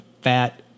fat